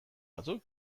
batzuk